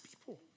people